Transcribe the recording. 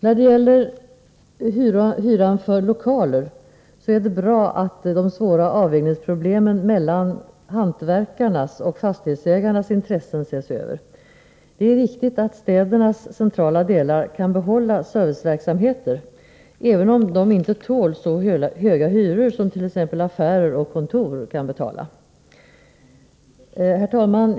När det gäller hyran för lokaler är det bra att det svåra problemet med avvägning mellan hantverkarnas och fastighetsägarnas intressen ses över. Det är riktigt att städernas centrala delar kan behålla serviceverksamheter, även om dessa inte tål så höga hyror som t.ex. affärer och kontor kan betala. Herr talman!